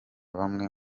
bamwe